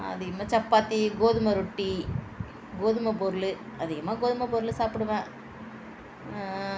அதிகமாக சப்பாத்தி கோதுமை ரொட்டி கோதுமை பொருள் அதிகமாக கோதுமை பொருள் சாப்பிடுவேன்